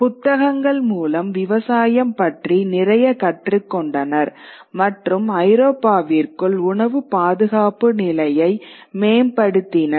புத்தகங்கள் மூலம் விவசாயம் பற்றி நிறைய கற்றுக்கொண்டனர் மற்றும் ஐரோப்பாவிற்குள் உணவு பாதுகாப்பு நிலைமையை மேம்படுத்தினர்